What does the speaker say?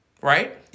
Right